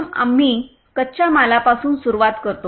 प्रथम आम्ही कच्च्या मालापासून सुरुवात करतो